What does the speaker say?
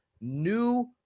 new